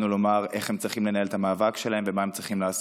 לומר איך הם צריכים לנהל את המאבק שלהם ומה הם צריכים לעשות.